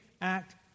act